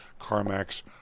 CarMax